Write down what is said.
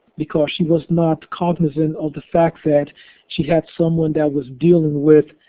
because she was not cognizant of the fact that she had someone that was dealing with